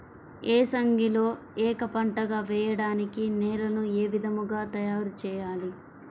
ఏసంగిలో ఏక పంటగ వెయడానికి నేలను ఏ విధముగా తయారుచేయాలి?